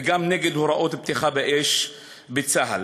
וגם נגד הוראות פתיחה באש בצה"ל.